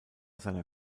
seiner